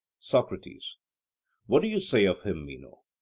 socrates what do you say of him, meno?